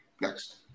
next